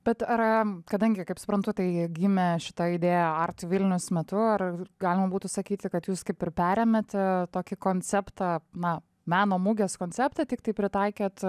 bet ar kadangi kaip suprantu tai gimė šita idėja art vilnius metu ar galima būtų sakyti kad jūs kaip ir perėmėte tokį konceptą na meno mugės konceptą tiktai pritaikėt